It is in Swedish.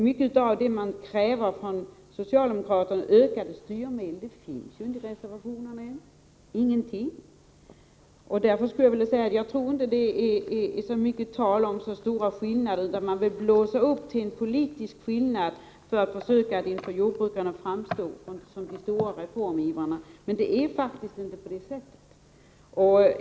Mycket av vad som krävs av socialdemokraterna, t.ex. ökade styrmedel, finns ju inte med i reservationerna. Därför tror jag inte att man kan tala om stora skillnader mellan oss. Man vill emellertid ”blåsa upp” en politisk skillnad för att inför jordbrukarna framstå som stora reformivrare.